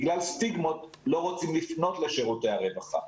בגלל סטיגמות לא רוצים לפנות לשירותי הרווחה,